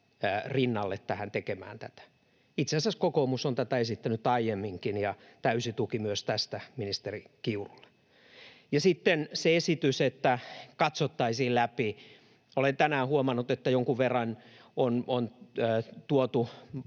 rinnalle tekemään tätä. Itse asiassa kokoomus on tätä esittänyt aiemminkin, ja täysi tuki myös tähän ministeri Kiurulle. Ja sitten se esitys, että katsottaisiin läpi: Olen tänään huomannut, että jonkun verran on